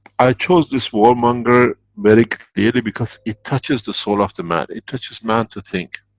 i chose this warmonger very clearly because it touches the soul of the man, it touches man to think.